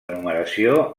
numeració